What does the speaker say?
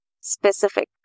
specific